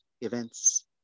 events